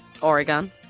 Oregon